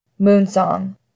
Moonsong